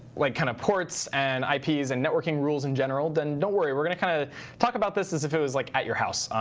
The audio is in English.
like kind of ports and ips and networking rules in general, then don't worry. we're going to kind of talk about this as if it was like at your house,